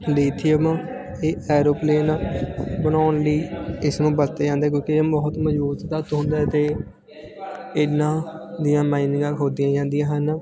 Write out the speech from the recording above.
lithium ਇਹ aeroplane ਬਣਾਉਣ ਲਈ ਇਸਨੂੰ ਵਰਤੇ ਜਾਂਦੇ ਕਿਉਂਕਿ ਇਹ ਬਹੁਤ ਮਜ਼ਬੂਤ ਤੱਤ ਹੁੰਦਾ ਹੈ ਅਤੇ ਇਨ੍ਹਾਂ ਦੀਆਂ ਮਾਇਨਿੰਗਾਂ ਖੋਦੀਆਂ ਜਾਂਦੀਆਂ ਹਨ